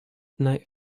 night